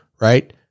right